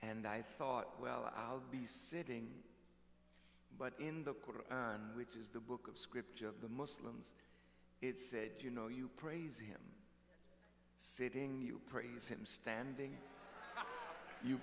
and i thought well i'll be sitting but in the corner which is the book of scripture of the muslims it said you know you praise him sitting you praise him standing you